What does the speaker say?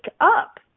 up